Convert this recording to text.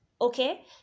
okay